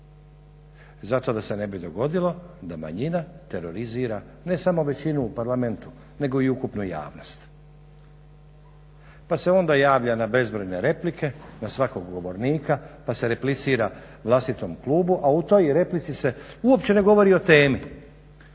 zato da se ne bi dogodilo da manjina terorizira ne samo većinu u Parlamentu, nego i ukupnu javnost, pa se onda javlja na bezbrojne replike na svakog govornika, pa se replicira vlastitom klubu, a u toj replici se uopće ne govori o temi,